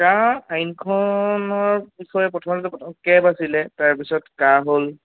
কা আইনখনৰ বিষয়ে প্ৰথমতে কেব আছিলে তাৰ পিছত কা হ'ল